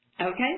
Okay